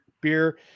Beer